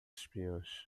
espiões